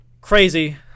crazy